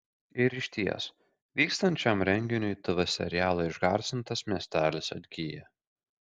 ir išties vykstant šiam renginiui tv serialo išgarsintas miestelis atgyja